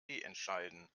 entscheiden